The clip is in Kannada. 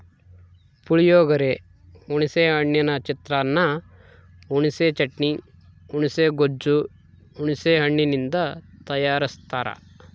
ಪುಳಿಯೋಗರೆ, ಹುಣಿಸೆ ಹಣ್ಣಿನ ಚಿತ್ರಾನ್ನ, ಹುಣಿಸೆ ಚಟ್ನಿ, ಹುಣುಸೆ ಗೊಜ್ಜು ಹುಣಸೆ ಹಣ್ಣಿನಿಂದ ತಯಾರಸ್ತಾರ